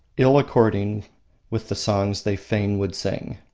ill-according with the songs they fain would sing.